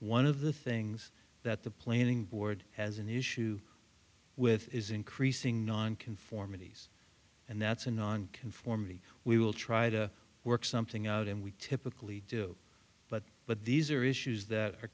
one of the things that the planning board has an issue with is increasing nonconformity s and that's a nonconformity we will try to work something out and we typically do but but these are issues that are